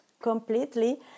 completely